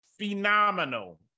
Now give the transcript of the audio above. Phenomenal